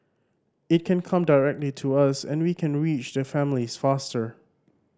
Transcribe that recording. it can come directly to us and we can reach the families faster